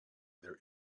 their